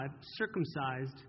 circumcised